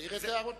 תעיר את הערותיה.